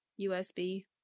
USB